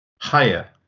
higher